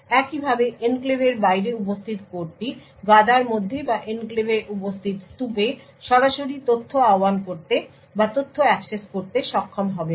একইভাবে এনক্লেভের বাইরে উপস্থিত কোডটি গাদার মধ্যে বা এনক্লেভে উপস্থিত স্তূপে সরাসরি তথ্য আহবান করতে বা তথ্য অ্যাক্সেস করতে সক্ষম হবে না